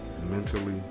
Mentally